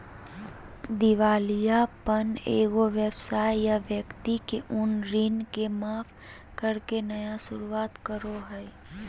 दिवालियापन एगो व्यवसाय या व्यक्ति के उन ऋण के माफ करके नया शुरुआत करो हइ